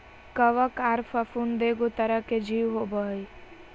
कवक आर फफूंद एगो तरह के जीव होबय हइ